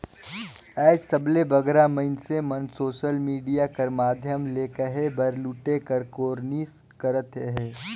आएज सबले बगरा मइनसे मन सोसल मिडिया कर माध्यम ले कहे बर लूटे कर कोरनिस करत अहें